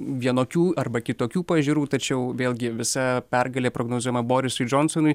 vienokių arba kitokių pažiūrų tačiau vėlgi visa pergalė prognozuojama borisui džonsonui